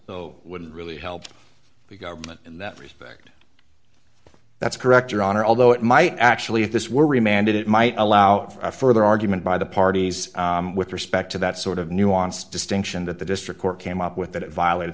so wouldn't really help the government in that respect that's correct your honor although it might actually if this were a mandate it might allow for a further argument by the parties with respect to that sort of nuanced distinction that the district court came up with that it violated